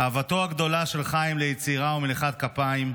אהבתו הגדולה של חיים היא ליצירה ומלאכת כפיים,